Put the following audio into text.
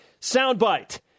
soundbite